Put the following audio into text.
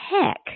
heck